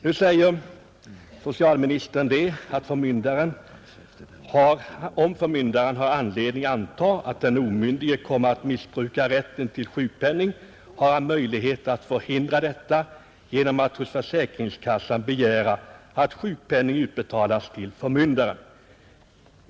Nu säger socialministern, att om förmyndaren har anledning anta att den omyndige kommer att missbruka rätten till sjukpenning har han möjlighet att förhindra detta genom att hos försäkringskassan begära, att sjukpenningen utbetalas till förmyndaren.